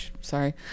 sorry